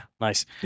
nice